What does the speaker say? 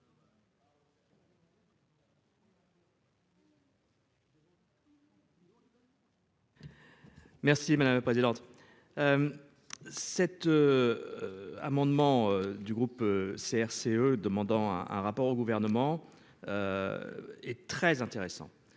Merci madame la présidente. Cet. Amendement du groupe CRCE demandant un rapport au gouvernement. Et très intéressant.